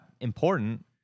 important